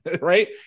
Right